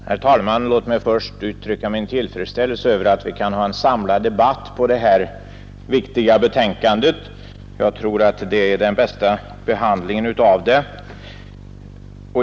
Herr talman! Låt mig först uttrycka min tillfredsställelse över att vi kan ha en samlad debatt om detta viktiga betänkande. Jag tror det är den bästa behandlingen av det.